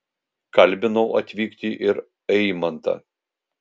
kalbinau atvykti ir aimantą